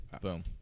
Boom